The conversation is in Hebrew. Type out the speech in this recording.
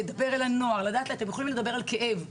להגיד לנוער שהוא יכול לדבר על כאב,